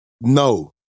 No